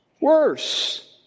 worse